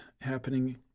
happening